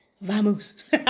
Vamos